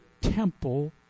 temple